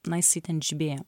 na jisai ten žibėjo